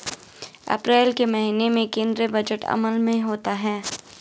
अप्रैल के महीने में केंद्रीय बजट अमल में आता है